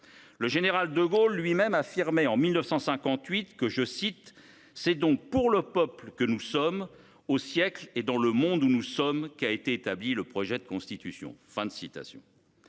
Le général de Gaulle lui même affirmait en 1958 :« C’est donc pour le peuple que nous sommes, au siècle et dans le monde où nous sommes, qu’a été établi le projet de Constitution.